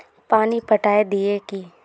पानी पटाय दिये की?